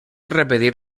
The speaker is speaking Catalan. repetir